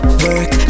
work